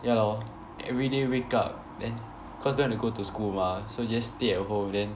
ya lor everyday wake up then cause don't have to go to school mah so just stay at home then